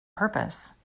purpose